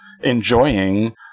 enjoying